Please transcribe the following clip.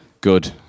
Good